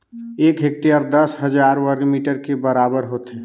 एक हेक्टेयर दस हजार वर्ग मीटर के बराबर होथे